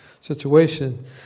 situation